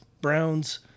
browns